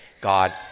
God